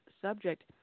subject